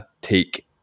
take